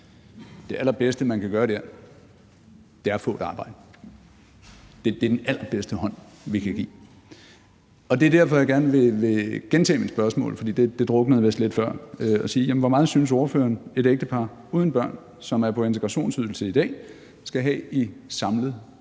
Det allerbedste, man kan gøre der, er at få et arbejde. Det er den allerbedste hånd, vi kan give. Det er derfor, jeg gerne vil gentage mit spørgsmål – det druknede vist lidt før: Hvor meget synes ordføreren et ægtepar uden børn, som er på integrationsydelse i dag, skal have i samlet disponibel